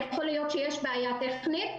יכול להיות שיש בעיה טכנית,